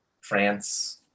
France